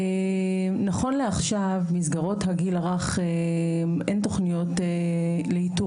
נכון לעכשיו במסגרות הגיל הרך אין תוכניות לאיתור